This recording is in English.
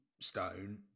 stone